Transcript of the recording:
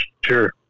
Sure